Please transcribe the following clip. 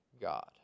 God